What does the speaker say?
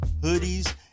hoodies